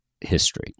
history